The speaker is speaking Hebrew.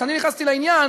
כשאני נכנסתי לעניין